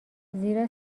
زیرا